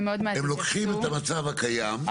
הם לוקחים את המצב הקיים,